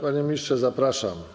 Panie ministrze, zapraszam.